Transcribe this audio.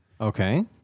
okay